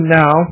now